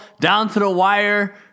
down-to-the-wire